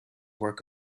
work